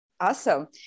Awesome